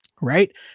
right